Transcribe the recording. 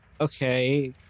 okay